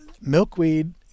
milkweed